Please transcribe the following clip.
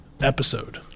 episode